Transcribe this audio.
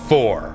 Four